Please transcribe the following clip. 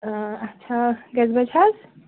اچھا کٔژِ بجہِ حظ